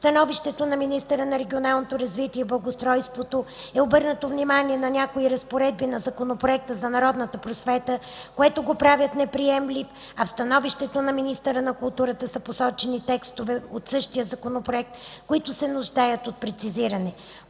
В становището на министъра на регионалното развитие и благоустройството е обърнато внимание на някои разпоредби на Законопроекта за народната просвета, които го правят неприемлив, а в становището на министъра на културата са посочени текстове от същия Законопроект, които се нуждаят от прецизиране.